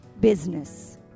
business